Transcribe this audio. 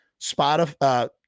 Spotify